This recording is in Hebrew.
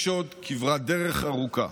יש עוד כברת דרך ארוכה,